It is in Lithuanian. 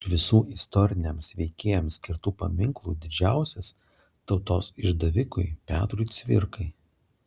iš visų istoriniams veikėjams skirtų paminklų didžiausias tautos išdavikui petrui cvirkai